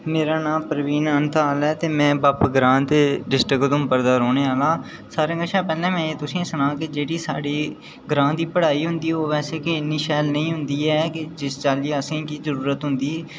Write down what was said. मेरा नांऽ प्रवीण अंताल ऐ ते में बग्ग ग्रांऽ दा डिस्ट्रिक्ट उधमपुर दा रौह्ने आह्ला ते सारें कोला पैह्लें में तुसेंगी सनांऽ कि साढ़ी जेह्ड़ी ग्रांऽ दी पढ़ाई होंदी ओह् वैसे गै शैल नेईं होंदी ऐ कि जिस चाल्ली असेंगी जरूरत होंदी